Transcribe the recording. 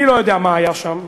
אני לא יודע מה היה שם,